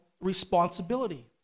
responsibility